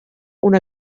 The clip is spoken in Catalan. una